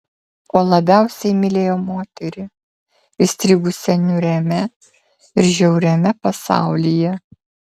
o labiausiai mylėjo moterį įstrigusią niūriame ir žiauriame pasaulyje